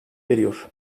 veriyor